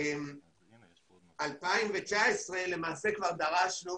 בשנת 2019 למעשה כבר דרשנו